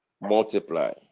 multiply